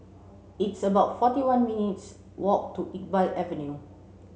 it's about forty one minutes' walk to Iqbal Avenue